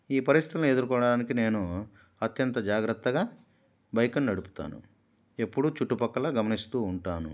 ఈ పరిస్థితులను ఎదుర్కోవడానికి నేను అత్యంత జాగ్రత్తగా బైక్ని నడుపుతాను ఎప్పుడూ చుట్టుపక్కల గమనిస్తూ ఉంటాను